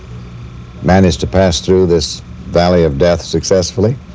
managed to pass through this valley of death successfully,